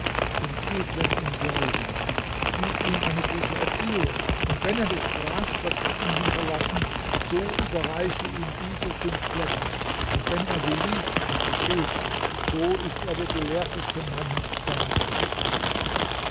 den edlen im glauben gib ihm eine gute erziehung und wenn er dich fragt was ich ihm hinterlassen so überreiche ihm diese fünf blätter und wenn er sie liest und versteht so ist er der gelehrteste mann seiner zeit